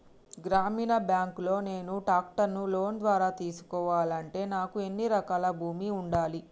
గ్రామీణ బ్యాంక్ లో నేను ట్రాక్టర్ను లోన్ ద్వారా తీసుకోవాలంటే నాకు ఎన్ని ఎకరాల భూమి ఉండాలే?